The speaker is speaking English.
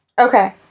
Okay